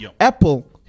Apple